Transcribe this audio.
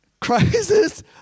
Crisis